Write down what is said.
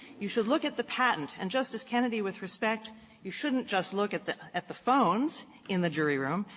you should look at the patent, and, justice kennedy, with respect you shouldn't just look at the at the phones in the jury room.